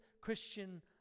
Christian